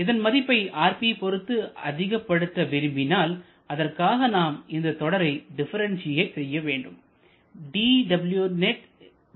இதன் மதிப்பை rp பொறுத்து அதிகப்படுத்த விரும்பினால்அதற்காக நாம் இந்த தொடரை டிபரன்சியேட் செய்ய வேண்டும்